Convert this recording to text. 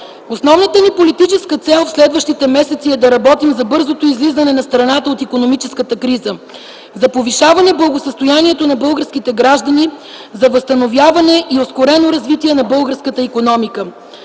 Основната ни политическа цел в следващите месеци е да работим за бързото излизане на страната от икономическата криза, за повишаване благосъстоянието на българските граждани, за възстановяване и ускорено развитие на българската икономика.